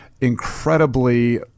incredibly